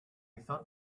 thought